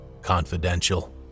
Confidential